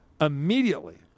immediately